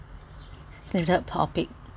debate topic